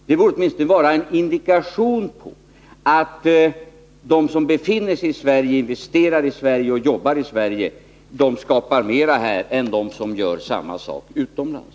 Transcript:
Det borde åtminstone vara en indikation på att de som finns i Sverige, bedriver sin verksamhet i Sverige och investerar i Sverige skapar mera sysselsättning här än de som gör samma sak utomlands.